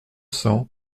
cents